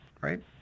right